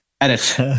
edit